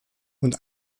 und